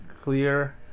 clear